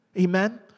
Amen